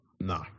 No